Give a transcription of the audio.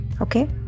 okay